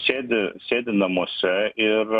sėdi sėdi namuose ir